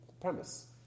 premise